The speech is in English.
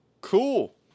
Cool